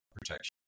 protection